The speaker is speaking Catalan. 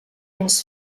ens